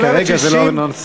אבל כרגע זה לא הנושא,